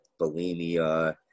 Bulimia